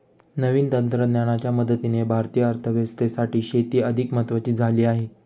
नवीन तंत्रज्ञानाच्या मदतीने भारतीय अर्थव्यवस्थेसाठी शेती अधिक महत्वाची झाली आहे